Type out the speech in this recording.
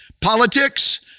Politics